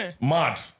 Mad